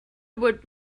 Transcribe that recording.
would